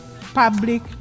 public